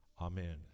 amen